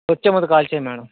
వచ్చే ముందు కాల్ చేయండి మ్యాడమ్